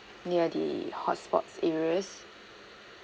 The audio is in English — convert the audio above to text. near the hot spots areas